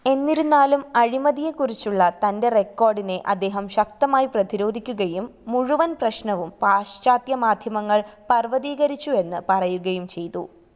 എന്നിരുന്നാലും അഴിമതിയെക്കുറിച്ചുള്ള തന്റെ റെക്കോർഡിനെ അദ്ദേഹം ശക്തമായി പ്രതിരോധിക്കുകയും മുഴുവൻ പ്രശ്നവും പാശ്ചാത്യ മാധ്യമങ്ങൾ പര്വതീകരിച്ചു എന്ന് പറയുകയും ചെയ്തു